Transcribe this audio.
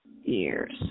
years